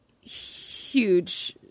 huge